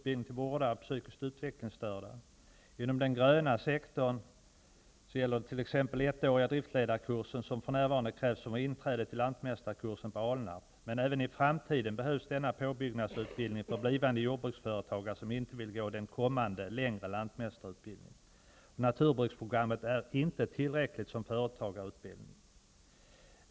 Inom den gröna sektorn gäller det t.ex. den ettåriga driftledarkursen som för närvarande krävs för inträde till lantmästarkursen på Alnarp, men även i framtiden behövs denna påbyggnadsutbildning för blivande jordbruksföretagare som inte vill gå den kommande längre lantmästarutbildningen. Naturbruksprogrammet är inte tillräckligt som företagarutbildning.